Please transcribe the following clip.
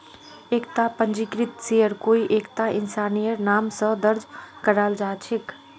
एकता पंजीकृत शेयर कोई एकता इंसानेर नाम स दर्ज कराल जा छेक